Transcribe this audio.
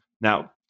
Now